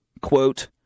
quote